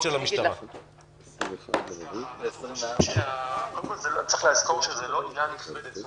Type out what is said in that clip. קודם כל צריך לזכור שזו לא עילה נפרדת.